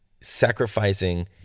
sacrificing